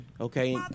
Okay